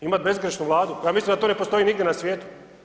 Imat bezgrešnu Vladu koja misli da to ne postoji nigdje na svijetu.